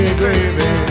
gravy